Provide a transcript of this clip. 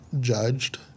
judged